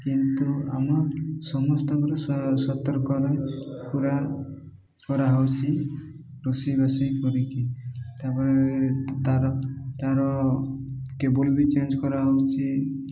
କିନ୍ତୁ ଆମ ସମସ୍ତଙ୍କର ସତର୍କରେ ପୁରା କରାହଉଛି ରୋଷେଇବାସେଇ କରିକି ତାପରେ ତାର ତାର କେବୁଲ୍ ବି ଚେଞ୍ଜ କରାହଉଛି